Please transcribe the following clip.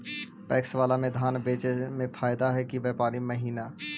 PACS बाला में धान बेचे मे फायदा है कि व्यापारी महिना?